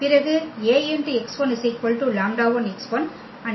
பிறகு Ax1 λ1x1 Ax2 λ2x2